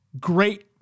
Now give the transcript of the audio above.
Great